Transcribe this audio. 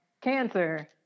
cancer